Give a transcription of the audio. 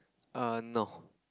err no